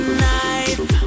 knife